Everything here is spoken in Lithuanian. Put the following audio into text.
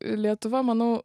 lietuva manau